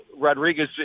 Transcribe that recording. Rodriguez